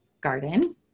garden